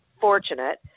fortunate